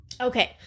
Okay